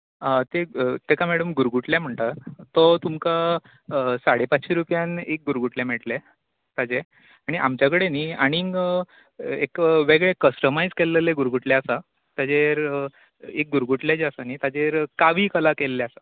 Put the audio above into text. ते ताका मॅडम गुरगूटलें म्हणटा तो तुमकां साडे पात्शीं रूपयान एक गुरगूटलें मेळटलें ताचे आनी आमचे कडेन न्हय आनी एक वेगळे कस्टमायज केल्ले गुरगूटले आसा ताचेर एक गुरगूटलें जें आसा नी ताचेर कावी कला केल्ली आसा